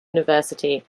university